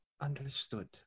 Understood